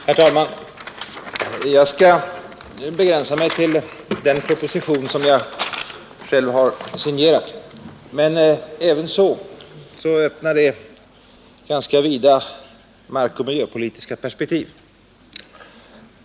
Herr talman! Jag skall begränsa mig till den proposition som jag själv har signerat, men även den öppnar ganska vida markoch miljöpolitiska perspektiv.